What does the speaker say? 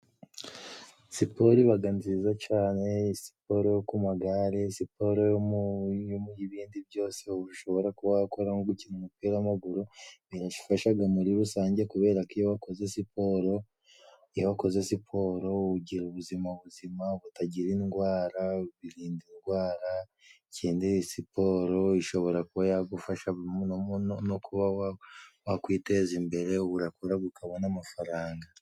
Siporo ibaga nziza cane, siporo yo ku magare, siporo yo mu...y'ibindi byose ushobora kuba wakora nko gukina umupira w'amaguru, bifashaga muri rusange kubera ko iyo wakoze siporo, iyokoze siporo ugira ubuzima buzima butagira indwara, birinda indwara, ikindi siporo ishobora kuba yagufasha no kuba wakwiteza imbere ubu urakoraga ukabona amafaranga